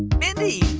mindy,